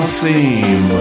seem